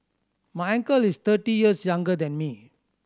my uncle is thirty years younger than me